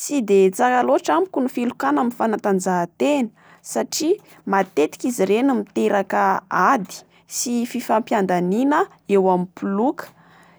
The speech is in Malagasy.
Tsy de tsara loatra amiko ny filokana amin'ny fanatanjahatena satria matetika izy ireny miteraka ady sy fifampiadanina eo amin'ny mpiloka.